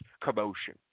commotion